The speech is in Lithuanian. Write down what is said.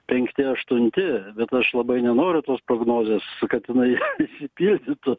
penkti aštunti bet aš labai nenoriu tos prognozės kad jinai išsipildytų